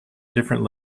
different